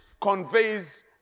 conveys